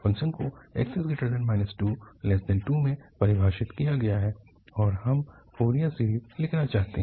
function को 2x2 में परिभाषित किया गया है और हम फोरियर सीरीज़ लिखना चाहते हैं